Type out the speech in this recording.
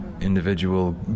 individual